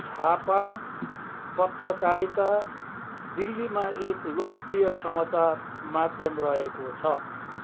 छापा पत्रकारिता दिल्लीमा एक लोकप्रिय समाचार माध्यम रहेको छ